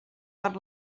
per